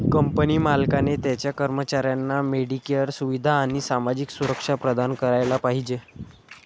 company मालकाने त्याच्या कर्मचाऱ्यांना मेडिकेअर सुविधा आणि सामाजिक सुरक्षा प्रदान करायला पाहिजे